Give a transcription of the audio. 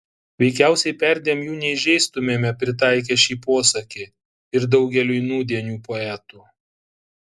veikiausiai perdėm jų neįžeistumėme pritaikę šį posakį ir daugeliui nūdienių poetų